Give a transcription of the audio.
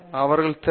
அவர்களின் திறமை